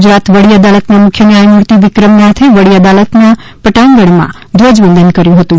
ગુજરાત વડી અદાલતના મુખ્ય ન્યાયમૂર્તિ વિક્રમનાથે વડી અદાલત પ્રટાંગણમાં ધ્વજવંદન કર્યું હતું